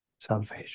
salvation